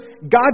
God